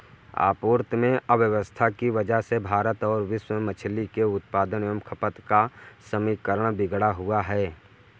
आपूर्ति में अव्यवस्था की वजह से भारत और विश्व में मछली के उत्पादन एवं खपत का समीकरण बिगड़ा हुआ है